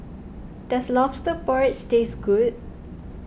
does Lobster Porridge taste good